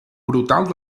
brutal